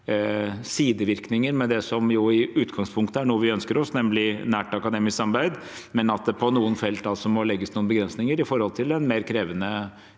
ved det som i utgangspunktet er noe vi ønsker oss, nemlig nært akademisk samarbeid, men at det på noen felt må legges noen begrensninger med tanke på en mer krevende